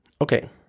okay